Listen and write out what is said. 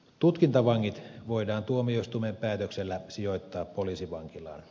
tutkintavangit voidaan tuomioistuimen päätöksellä sijoittaa poliisivankilaan